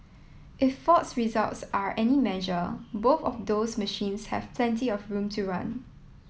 if Ford's results are any measure both of those machines have plenty of room to run